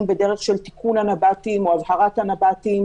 בדרך של תיקון הנב"תים או הבהרת הנב"תים